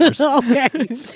Okay